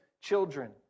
children